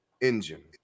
engine